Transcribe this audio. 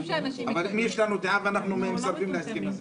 אבל אם יש לנו דעה ואנחנו מסרבים להסכם הזה?